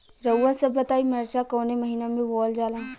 रउआ सभ बताई मरचा कवने महीना में बोवल जाला?